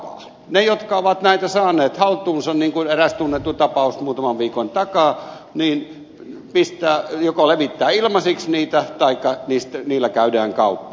ne jotka ovat näitä saaneet haltuunsa niin kuin eräs tunnettu tapaus muutaman viikon takaa levittävät ilmaiseksi niitä taikka niillä käydään kauppaa